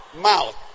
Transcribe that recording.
Mouth